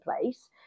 place